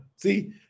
See